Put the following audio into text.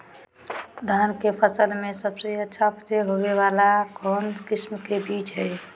धान के फसल में सबसे अच्छा उपज होबे वाला कौन किस्म के बीज हय?